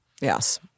yes